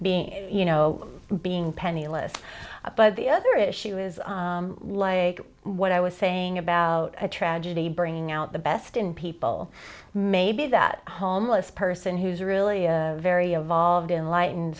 being you know being penniless but the other issue is like what i was saying about a tragedy bringing out the best in people maybe that homeless person who's really very evolved in light